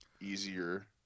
easier